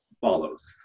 follows